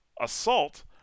assault